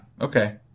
Okay